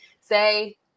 say